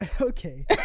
okay